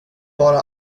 bara